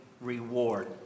reward